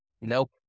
Nope